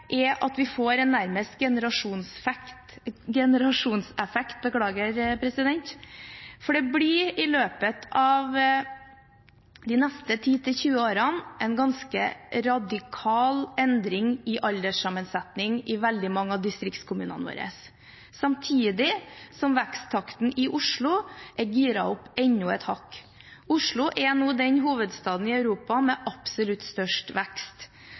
blir i løpet av de neste ti til tyve årene en ganske radikal endring i alderssammensetningen i veldig mange av distriktskommunene våre, samtidig som veksttakten i Oslo er giret opp enda et hakk. Oslo er nå den hovedstaden i Europa med absolutt størst vekst.